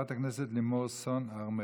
חברת הכנסת לימור סון הר מלך.